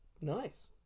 nice